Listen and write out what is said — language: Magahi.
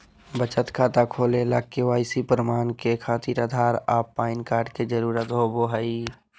बचत खाता खोले ला के.वाइ.सी प्रमाण के खातिर आधार आ पैन कार्ड के जरुरत होबो हइ